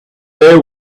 they